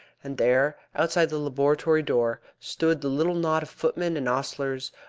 and there outside the laboratory door stood the little knot of footmen and ostlers,